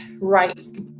right